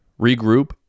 regroup